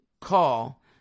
call